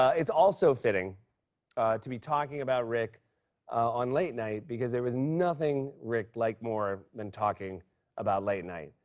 it's also fitting to be talking about rick on late night, because there was nothing rick liked more than talking about late night.